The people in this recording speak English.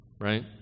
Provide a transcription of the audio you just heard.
right